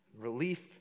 relief